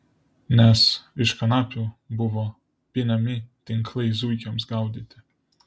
nes iš kanapių buvo pinami tinklai zuikiams gaudyti